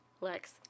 Lex